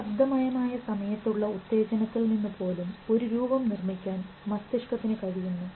ഒരു ശബ്ദമയമായ സമയത്ത് ഉള്ള ഉത്തേജനത്തിൽ നിന്ന് പോലും ഒരു രൂപം നിർമ്മിക്കാൻ മസ്തിഷ്കത്തിന് കഴിയുന്നു